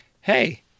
hey